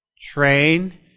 train